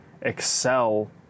excel